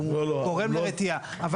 הוא גורם לרתיעה.